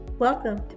Welcome